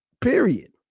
Period